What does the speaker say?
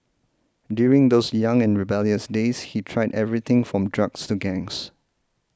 during those young and rebellious days he tried everything from drugs to gangs